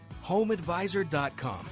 HomeAdvisor.com